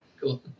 Cool